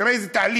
תראה איזה תהליך: